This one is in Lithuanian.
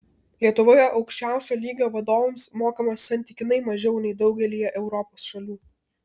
lietuvoje aukščiausio lygio vadovams mokama santykinai mažiau nei daugelyje europos šalių